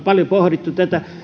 paljon pohtineet